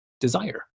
desire